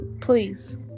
Please